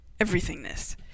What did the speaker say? everythingness